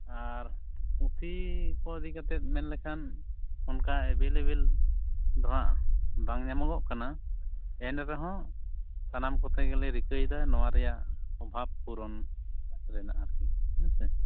ᱟᱨ ᱯᱩᱛᱷᱤ ᱠᱚ ᱤᱫᱤ ᱠᱟᱛᱮᱫ ᱢᱮᱱ ᱞᱮᱠᱷᱟᱱ ᱚᱱᱠᱟ ᱮᱵᱮᱹᱞᱮᱹᱵᱮᱹᱞ ᱫᱚᱦᱟᱜ ᱵᱟᱝ ᱧᱟᱢᱚᱜᱚᱜ ᱠᱟᱱᱟ ᱮᱱᱨᱮᱦᱚᱸ ᱥᱟᱱᱟᱢ ᱠᱚᱛᱮ ᱜᱮᱞᱮ ᱨᱤᱠᱟᱹᱭᱮᱫᱟ ᱱᱚᱣᱟ ᱨᱮᱭᱟᱜ ᱚᱵᱷᱟᱵᱽ ᱯᱩᱨᱚᱱ ᱨᱮᱱᱟᱜ ᱟᱨ ᱠᱤ ᱦᱮᱸ ᱥᱮ